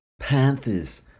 Panthers